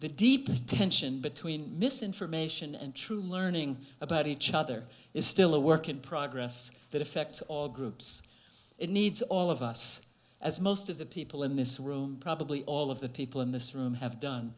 the deep tension between misinformation and true learning about each other is still a work in progress that affects all groups and needs all of us as most of the people in this room probably all of the people in this room have done